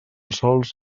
sols